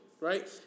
right